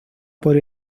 por